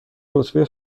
رتبه